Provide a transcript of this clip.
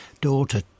daughter